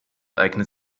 eignet